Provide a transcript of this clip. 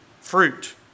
fruit